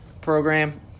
program